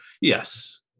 Yes